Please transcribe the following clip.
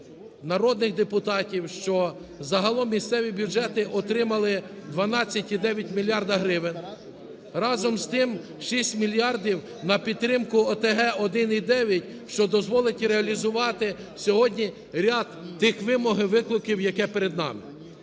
народних депутатів, що загалом місцеві бюджети отримали 12,9 мільярда гривень, разом з тим 6 мільярдів на підтримку ОТГ, 1,9, що дозволить реалізувати сьогодні ряд тих вимог і викликів, які перед нами.